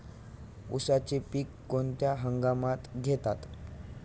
उसाचे पीक कोणत्या हंगामात घेतात?